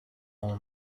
all